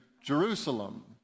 Jerusalem